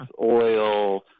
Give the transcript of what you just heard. oil